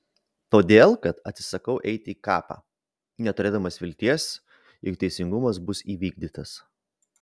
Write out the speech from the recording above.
todėl kad atsisakau eiti į kapą neturėdamas vilties jog teisingumas bus įvykdytas